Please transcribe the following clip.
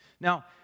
Now